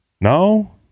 No